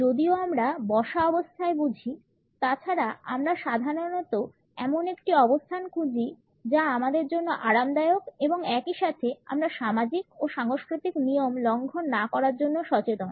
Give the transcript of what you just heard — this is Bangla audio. যদিও আমরা বসা অবস্থায় বুঝি তাছাড়া আমরা সাধারণত এমন একটি অবস্থান খুঁজি যা আমাদের জন্য আরামদায়ক এবং একই সাথে আমরা সামাজিক ও সাংস্কৃতিক নিয়ম লঙ্ঘন না করার জন্য সচেতন